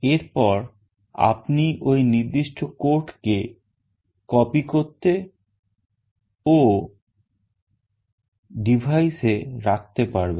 এরপর আপনি ওই নির্দিষ্ট codeকে copy করতে ও device এ রাখতে পারবেন